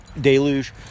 Deluge